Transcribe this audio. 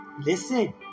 Listen